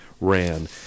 ran